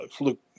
look